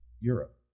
Europe